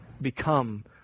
become